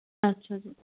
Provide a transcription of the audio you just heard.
ਅੱਛਾ ਜੀ